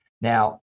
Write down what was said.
Now